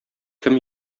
кем